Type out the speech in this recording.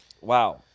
Wow